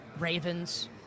Ravens